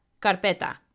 Carpeta